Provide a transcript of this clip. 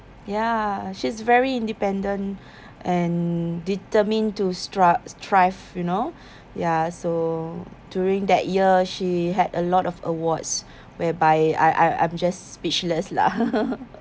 ya she's very independent and determined to st~ strive you know ya so during that year she had a lot of awards whereby I I I'm just speechless lah